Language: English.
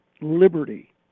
liberty